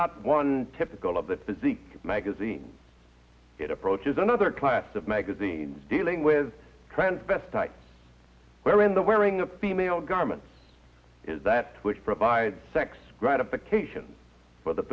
not one typical of the physique magazines it approaches another class of magazines dealing with transvestite wherein the wearing the female garments is that which provides sex gratification for the